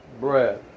bread